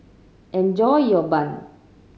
enjoy your bun